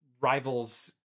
rivals